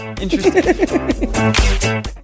Interesting